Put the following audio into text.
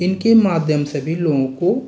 इनके माध्यम से भी लोगों को